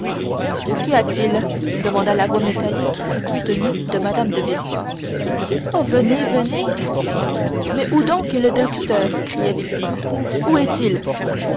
qu'y a-t-il demanda la voix métallique et contenue de mme de villefort oh venez venez mais où donc est le docteur criait villefort où est-il